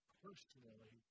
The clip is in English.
Personally